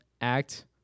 act